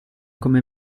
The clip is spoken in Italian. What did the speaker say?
come